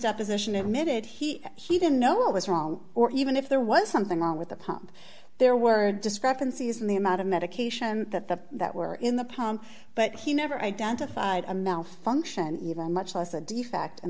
deposition admitted he he didn't know what was wrong or even if there was something wrong with the pump there were discrepancies in the amount of medication that the that were in the pump but he never identified a malfunction even much less a defect in